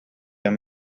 him